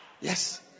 Yes